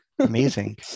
Amazing